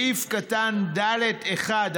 (2) בסעיף קטן (ד)(1),